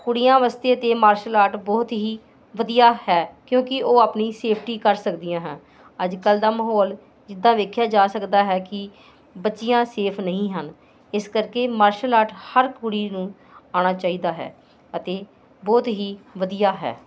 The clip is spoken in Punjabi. ਕੁੜੀਆਂ ਵਾਸਤੇ ਤਾਂ ਮਾਰਸ਼ਲ ਆਰਟ ਬਹੁਤ ਹੀ ਵਧੀਆ ਹੈ ਕਿਉਂਕਿ ਉਹ ਆਪਣੀ ਸੇਫਟੀ ਕਰ ਸਕਦੀਆਂ ਹਨ ਅੱਜ ਕੱਲ੍ਹ ਦਾ ਮਾਹੌਲ ਜਿੱਦਾਂ ਵੇਖਿਆ ਜਾ ਸਕਦਾ ਹੈ ਕਿ ਬੱਚੀਆਂ ਸੇਫ ਨਹੀਂ ਹਨ ਇਸ ਕਰਕੇ ਮਾਰਸ਼ਲ ਆਰਟ ਹਰ ਕੁੜੀ ਨੂੰ ਆਉਣਾ ਚਾਹੀਦਾ ਹੈ ਅਤੇ ਬਹੁਤ ਹੀ ਵਧੀਆ ਹੈ